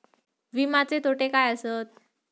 विमाचे तोटे काय आसत?